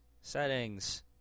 Settings